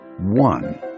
one